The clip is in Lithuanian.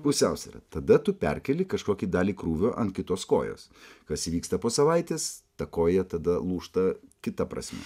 pusiausvyra tada tu perkeli kažkokį dalį krūvio ant kitos kojos kas įvyksta po savaitės ta koja tada lūžta kita prasme